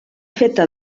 feta